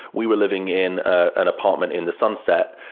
we were living in an apartment in the sunset,